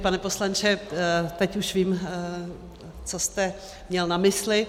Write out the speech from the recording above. Pane poslanče, teď už vím, co jste měl na mysli.